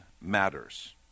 matters